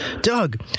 Doug